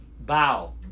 Bow